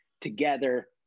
together